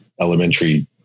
elementary